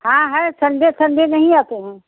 हाँ है Sunday Sunday नहीं आते हैं